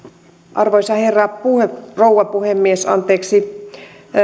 arvoisa rouva puhemies